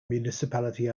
municipality